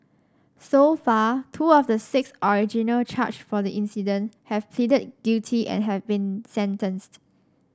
so far two of the six originally charged for the incident have pleaded guilty and have been sentenced